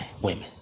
women